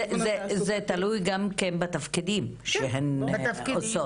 זה תלוי גם כן בתפקידים שהן עושות.